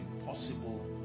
impossible